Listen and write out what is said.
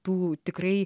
tų tikrai